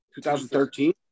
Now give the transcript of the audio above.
2013